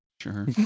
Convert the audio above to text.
Sure